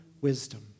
wisdom